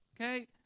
Okay